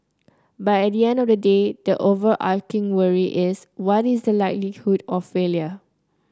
but at the end of the day the overarching worry is what is the likelihood of failure